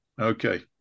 Okay